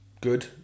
Good